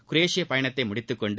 குரேஷிய பணத்தை முடித்துக் கொண்டு